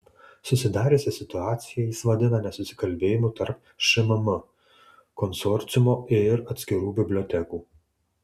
susidariusią situaciją jis vadina nesusikalbėjimu tarp šmm konsorciumo ir atskirų bibliotekų